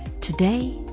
Today